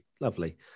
lovely